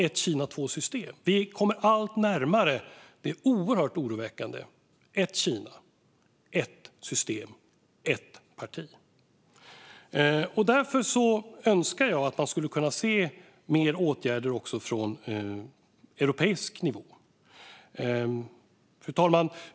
"Ett Kina, ett system, ett parti" kommer allt närmare, vilket är oerhört oroväckande. Jag önskar därför att vi kunde få se fler åtgärder från europeisk nivå. Fru talman!